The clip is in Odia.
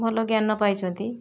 ଭଲ ଜ୍ଞାନ ପାଇଛନ୍ତି